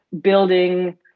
building